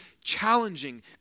challenging